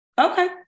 Okay